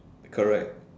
correct